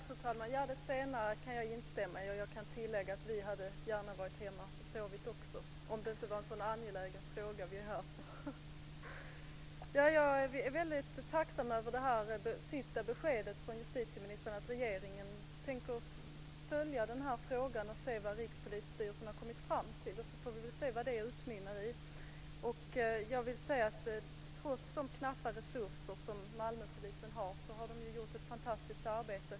Fru talman! Det senare kan jag instämma i, och jag kan tillägga att vi också gärna hade varit hemma och sovit om det inte varit en så angelägen fråga vi debatterat. Jag är tacksam över beskedet från justitieministern att regeringen tänker följa den här frågan och se vad Rikspolisstyrelsen har kommit fram till. Sedan får vi se vad det utmynnar i. Trots Malmöpolisens knappa resurser har de gjort ett fantastiskt arbete.